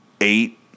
eight